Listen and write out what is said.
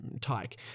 tyke